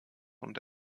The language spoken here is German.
und